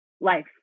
life